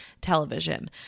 television